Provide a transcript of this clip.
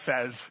says